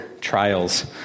trials